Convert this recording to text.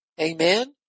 Amen